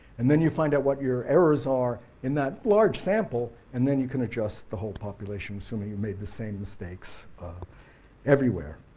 and then you find out what your errors are in that large sample and then you can adjust the whole population, assuming you made the same mistakes everywhere.